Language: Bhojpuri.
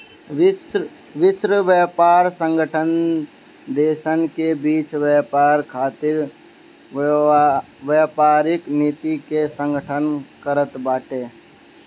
विश्व व्यापार संगठन देसन के बीच व्यापार खातिर व्यापारिक नीति के गठन करत बाटे